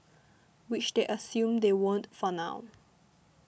which they assume they won't for now